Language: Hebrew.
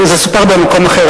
זה סופר במקום אחר,